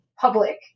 public